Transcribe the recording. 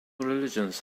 religions